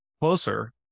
closer